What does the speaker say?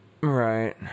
Right